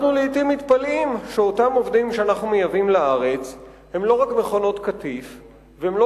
אנחנו לעתים מתפלאים שאותם עובדים שאנחנו מייבאים לארץ הם לא